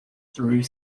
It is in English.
through